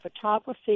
photography